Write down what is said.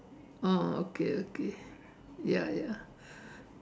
oh okay okay ya ya